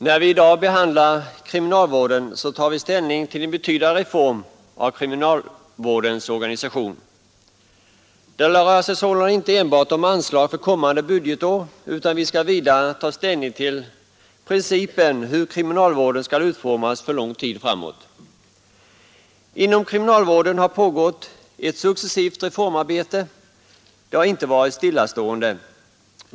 Herr talman! När vi i dag behandlar anslagen till kriminalvården tar vi ställning till en betydande reform av kriminalvårdens organisation. Det rör sig sålunda inte enbart om anslag för kommande budgetår, utan vi skall vidare ta ställning till principen för hur kriminalvården skall utformas för lång tid framåt. Inom kriminalvården har pågått ett successivt reformarbete. Det har inte varit stillastående.